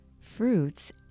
fruits